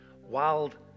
Wild